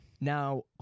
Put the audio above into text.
Now